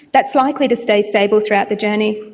that's likely to stay stable throughout the journey.